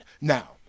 now